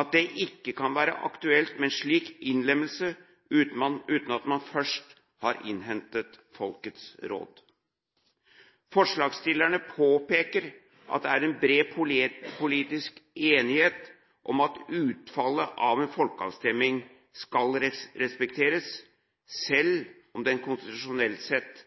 at det ikke kan være aktuelt med en slik innlemmelse uten at man først har innhentet folkets råd. Forslagsstillerne påpeker at det er bred politisk enighet om at utfallet av en folkeavstemning skal respekteres, selv om den konstitusjonelt sett